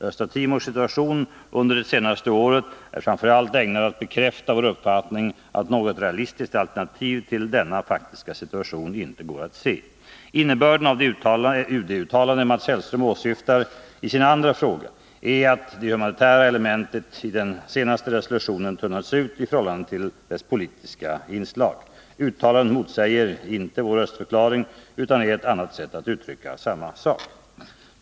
Östra Timors situation under det senaste året är framför allt ägnad att bekräfta vår uppfattning att något realistiskt alternativ till denna faktiska situation inte går att se. Innebörden av det UD-uttalande Mats Hellström åsyftar i sin andra fråga är att det humanitära elementet i den senaste resolutionen tunnats ut i förhållande till dess politiska inslag. Uttalandet motsäger inte vår röstförklaring utan är ett annat sätt att uttrycka samma sak.